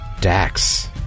Dax